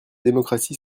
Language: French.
démocratie